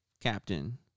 Captain